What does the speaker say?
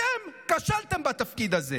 אתם כשלתם בתפקיד הזה.